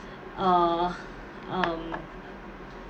uh um